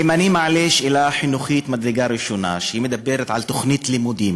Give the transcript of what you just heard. אם אני מעלה שאלה חינוכית ממדרגה ראשונה שמדברת על תוכנית לימודים,